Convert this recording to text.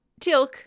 Tilk